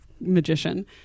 magician